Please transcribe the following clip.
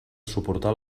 suportar